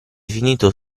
finito